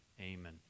Amen